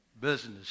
business